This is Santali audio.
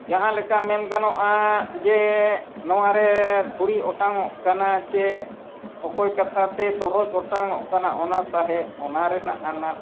ᱡᱟᱦᱟᱸᱞᱮᱠᱟ ᱢᱮᱱ ᱜᱟᱱᱚᱜᱼᱟ ᱡᱮ ᱱᱚᱣᱟᱨᱮ ᱫᱷᱩᱲᱤ ᱚᱴᱟᱝᱚᱜ ᱠᱟᱱᱟ ᱥᱮ ᱚᱠᱚᱭ ᱠᱟᱛᱷᱟᱛᱮ ᱛᱚᱨᱚᱡ ᱚᱴᱟᱝᱚᱜ ᱠᱟᱱᱟ ᱚᱱᱟ ᱥᱟᱦᱮᱸᱫ ᱚᱱᱟ ᱨᱮᱱᱟᱜ ᱟᱱᱟᱴ